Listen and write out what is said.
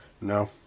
No